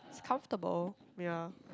comfortable ya